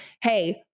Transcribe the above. hey